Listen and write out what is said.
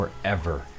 forever